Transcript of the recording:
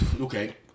okay